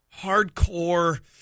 hardcore